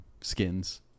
skins